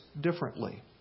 differently